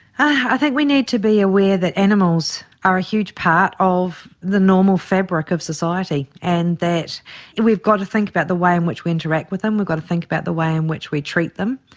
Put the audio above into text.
i think we need to be aware that animals are a huge part of the normal fabric of society, and that and we've got to think about the way in which we interact with them, we've got to think about the way in which we treat them.